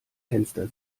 fenster